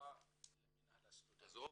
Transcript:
שצבוע למינהל הסטודנטים.